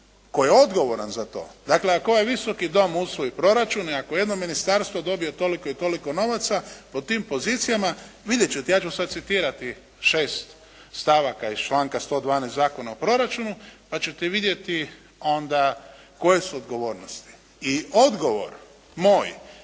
tko je odgovoran za to, dakle ako ovaj Visoki dom usvoji proračun i ako jedno ministarstvo dobije toliko i toliko novaca, po tim pozicijama vidjeti ćete, ja ću sada citirati šest stavaka iz članka 112. Zakona o proračunu pa ćete vidjeti onda koje su odgovornosti. I odgovor moj